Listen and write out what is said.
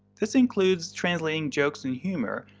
this includes translating jokes and humor,